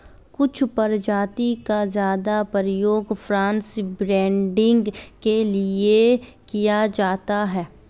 कुछ प्रजाति का ज्यादा प्रयोग क्रॉस ब्रीडिंग के लिए किया जाता है